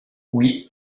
oui